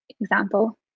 example